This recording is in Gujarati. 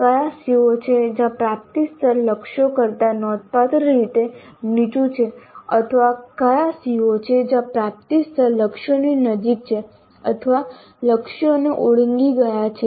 કયા CO છે જ્યાં પ્રાપ્તિ સ્તર લક્ષ્યો કરતાં નોંધપાત્ર રીતે નીચું છે અથવા કયા CO છે જ્યાં પ્રાપ્તિ સ્તર લક્ષ્યોની નજીક છે અથવા લક્ષ્યોને ઓળંગી ગયા છે